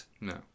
No